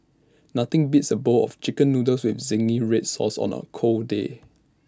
nothing beats A bowl of Chicken Noodles with Zingy Red Sauce on A cold day